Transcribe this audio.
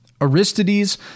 Aristides